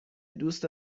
دوست